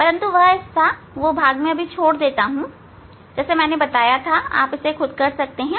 परंतु वह हिस्सा मैं छोड़ता हूं जैसा मैंने बताया था मैं आप पर छोड़ता हूं